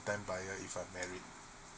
time buyer if I married